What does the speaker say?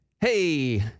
Hey